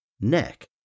neck